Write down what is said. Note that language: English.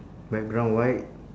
background white